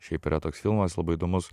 šiaip yra toks filmas labai įdomus